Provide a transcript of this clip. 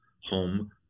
home